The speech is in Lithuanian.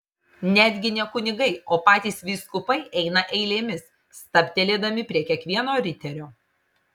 netgi ne kunigai o patys vyskupai eina eilėmis stabtelėdami prie kiekvieno riterio